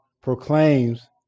proclaims